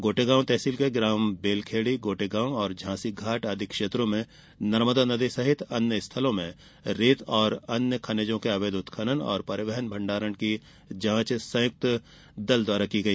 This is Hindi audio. गोटेगांव तहसील के ग्राम बेलखेड़ी गोटेगांव और झांसीघाट आदि क्षेत्रों में नर्मदा नदी सहित अन्य स्थलों में रेत और अन्य खनिजों के अवैध उत्खनन और परिवहन भंडारण की जांच संयुक्त दल द्वारा की गई